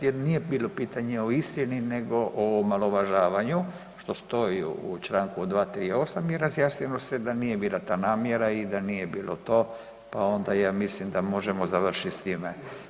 Gđa. Petir, nije bilo pitanje o istini nego o omalovažavanju, što stoji u čl. 238. i razjasnilo se da nije bila ta namjera i da nije bilo to pa onda ja mislim da možemo završiti s time.